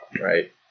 right